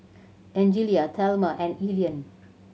Angelia Thelma and Elian